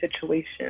situation